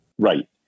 Right